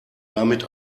damit